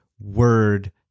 word